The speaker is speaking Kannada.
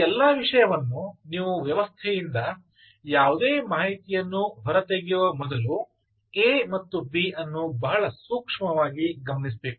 ಈ ಎಲ್ಲ ವಿಷಯವನ್ನು ನೀವು ವ್ಯವಸ್ಥೆಯಿಂದ ಯಾವುದೇ ಮಾಹಿತಿಯನ್ನು ಹೊರತೆಗೆಯುವ ಮೊದಲು a ಮತ್ತು b ಅನ್ನು ಬಹಳವಾಗಿ ಸೂಕ್ಷ್ಮವಾಗಿ ಗಮನಿಸಬೇಕು